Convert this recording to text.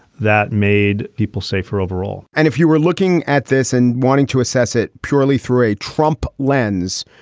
that made people safer overall and if you were looking at this and wanting to assess it purely through a trump lens,